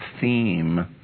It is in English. theme